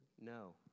No